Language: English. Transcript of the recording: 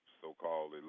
so-called